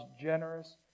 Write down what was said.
generous